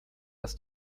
ist